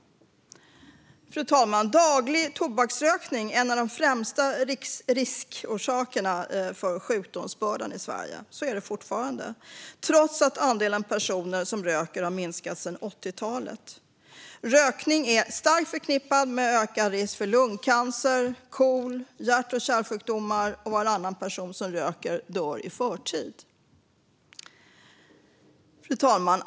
Fru talman! Daglig tobaksrökning är en av de främsta riskorsakerna för sjukdomsbördan i Sverige. Så är det fortfarande, trots att andelen personer som röker har minskat sedan 80-talet. Rökning är starkt förknippat med en ökad risk för lungcancer, KOL och hjärt och kärlsjukdomar. Varannan person som röker dör i förtid. Fru talman!